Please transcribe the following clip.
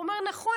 הוא אומר: נכון,